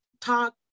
talk